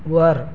वर